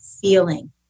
feeling